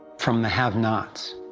from the have-nots.